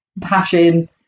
passion